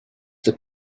the